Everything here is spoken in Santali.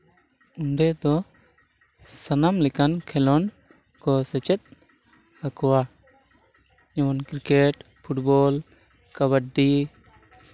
ᱚᱸᱰᱮ ᱫᱚ ᱥᱟᱱᱟᱢ ᱞᱮᱠᱟᱱ ᱠᱷᱮᱞᱳᱰ ᱠᱚ ᱥᱮᱪᱮᱫ ᱟᱠᱚᱣᱟ ᱡᱮᱢᱚᱱ ᱠᱨᱤᱠᱮᱴ ᱯᱷᱩᱴᱵᱚᱞ ᱠᱟᱵᱟᱰᱤ